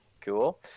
cool